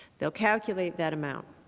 they'll calculate that amount.